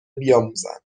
بیاموزند